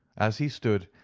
as he stood,